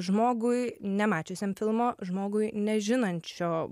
žmogui nemačiusiam filmo žmogui nežinančio